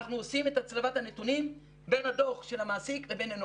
אנחנו עושים את הצלבת הנתונים בין הדוח של המעסיק לביננו.